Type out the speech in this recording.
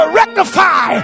rectify